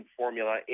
formula